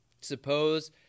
suppose